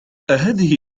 أهذه